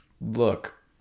Look